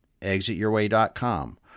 ExitYourWay.com